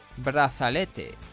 Brazalete